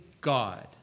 god